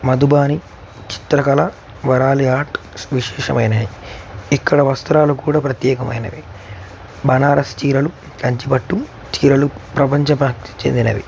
మధుబని చిత్రకళ వర్లి ఆర్ట్ విశేషమైనవి ఇక్కడ వస్త్రాలు కూడా ప్రత్యేకమైనవి బనారస్ చీరలు కంచిపట్టు చీరలు ప్రపంచవ్యాప్తి చెందినవి